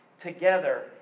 together